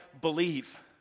believe